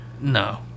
No